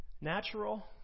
Natural